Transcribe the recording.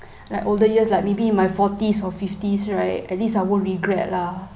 like older years like maybe my forties or fifties right at least I won't regret lah